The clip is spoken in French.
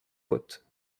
côtes